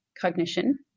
cognition